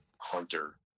hunter